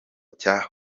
cya